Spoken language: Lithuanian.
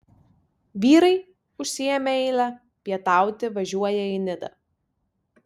vyrai užsiėmę eilę pietauti važiuoja į nidą